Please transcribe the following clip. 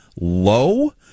low